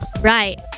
Right